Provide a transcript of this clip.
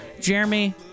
Jeremy